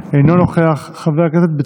אינו נוכח, חבר הכנסת יואב גלנט, אינו נוכח.